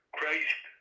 Christ